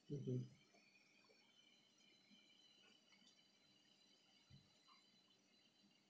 mmhmm